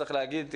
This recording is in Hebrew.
צריך להגיד,